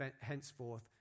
henceforth